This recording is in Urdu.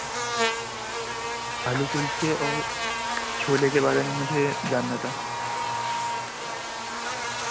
آلو کلچے اور چھولے کے بارے میں مجھے جاننا تھا